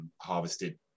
harvested